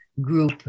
group